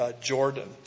Jordan